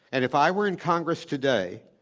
and if i were in congress today,